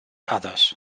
others